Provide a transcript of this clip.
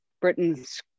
Britain's